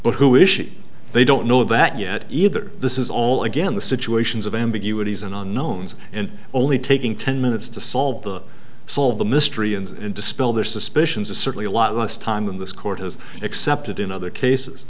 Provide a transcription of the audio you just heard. who is she they don't know that yet either this is all again the situations of ambiguities and unknown's and only taking ten minutes to solve the solve the mystery and dispel their suspicions is certainly a lot less time in this court has accepted in other cases